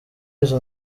izo